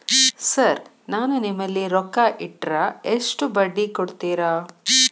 Sir ನಾನು ನಿಮ್ಮಲ್ಲಿ ರೊಕ್ಕ ಇಟ್ಟರ ಎಷ್ಟು ಬಡ್ಡಿ ಕೊಡುತೇರಾ?